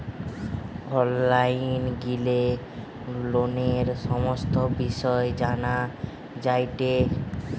online গিলে লোনের সমস্ত বিষয় জানা যায়টে